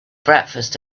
breakfast